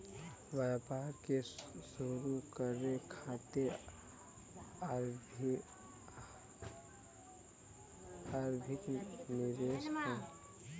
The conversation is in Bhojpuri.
व्यापार क शुरू करे खातिर आरम्भिक निवेश हौ